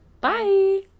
bye